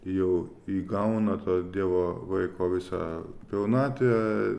jau įgauna tą dievo vaiko visą pilnatvę